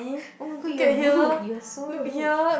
oh my god you are rude you are so rude